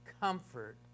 comfort